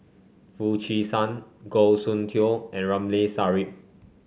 Foo Chee San Goh Soon Tioe and Ramli Sarip